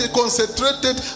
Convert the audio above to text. concentrated